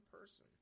person